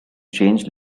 changed